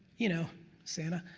you know santa.